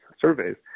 surveys